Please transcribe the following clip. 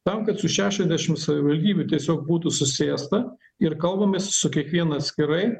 tam kad su šešiasdešimt savivaldybių tiesiog būtų susėsta ir kalbamės su kiekviena atskirai